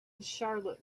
charlotte